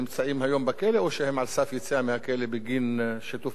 יציאה מהכלא בגין שיתוף פעולה כלכלי או לא כלכלי,